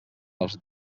als